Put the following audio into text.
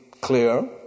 clear